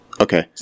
Okay